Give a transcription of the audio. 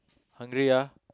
hungry ah